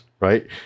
Right